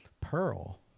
Pearl